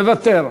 מוותר.